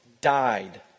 Died